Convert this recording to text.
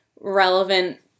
relevant